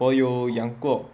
我有养过